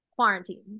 Quarantine